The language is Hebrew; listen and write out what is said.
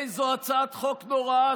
איזו הצעת חוק נוראה,